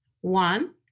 One